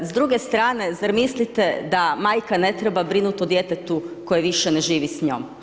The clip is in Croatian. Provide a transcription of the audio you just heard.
S druge strane, zar mislite da majka ne treba brinuti o djetetu koje više ne živi s njom?